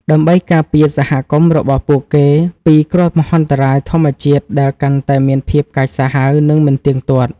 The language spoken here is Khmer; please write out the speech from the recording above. ដើម្បីការពារសហគមន៍របស់ពួកគេពីគ្រោះមហន្តរាយធម្មជាតិដែលកាន់តែមានភាពកាចសាហាវ និងមិនទៀងទាត់។